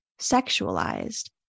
sexualized